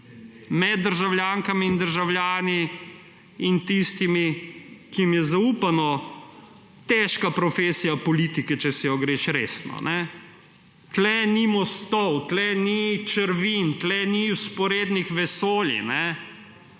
med državljankami in državljani ter tistimi, ki jim je zaupana težka profesija politike, če se jo greš resno. Tu ni mostov, tu ni črvin, tu ni vzporednih vesolj.